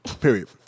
Period